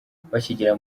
bakigera